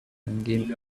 hanging